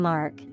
Mark